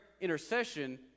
intercession